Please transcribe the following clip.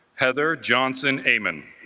heather johnson amon